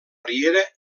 riera